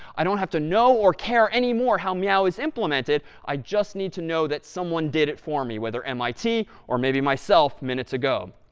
i don't have to know or care any more how meow is implemented. i just need to know that someone did it for me, whether mit or maybe myself, minutes ago.